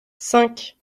cinq